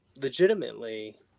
legitimately